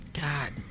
God